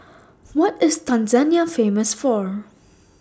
What IS Tanzania Famous For